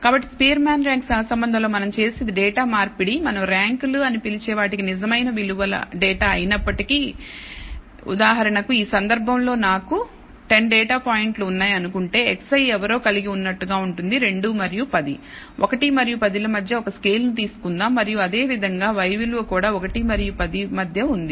కాబట్టి Spearman rank సహసంబంధంలో మనం చేసేది డేటా మార్పిడి మనం ర్యాంకులు అని పిలిచే వాటికి నిజమైన విలువ డేటా అయినప్పటికీ ఉదాహరణకు ఈ సందర్భంలో నాకు 10 డేటా పాయింట్లు ఉన్నాయని అనుకుంటే xi ఎవరో కలిగి ఉన్నట్లుగా ఉంటుంది 2 మరియు 10 1 మరియు 10 ల మధ్య ఒక స్కేల్ తీసుకుందాం మరియు అదేవిధంగా y విలువ కూడా 1 మరియు 10 మధ్య ఉంది